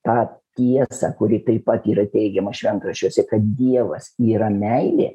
tą tiesą kuri taip pat yra teigiama šventraščiuose kad dievas yra meilė